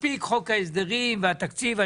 מספיק חוק ההסדרים והתקציב.